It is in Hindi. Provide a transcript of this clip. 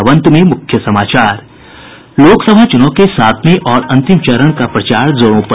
और अब अंत में मुख्य समाचार लोकसभा चूनाव के सातवें और अंतिम चरण का प्रचार जोरों पर